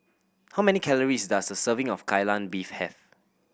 how many calories does a serving of Kai Lan Beef have